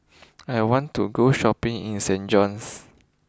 I want to go Shopping in Saint John's